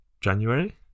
January